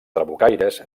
trabucaires